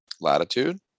latitude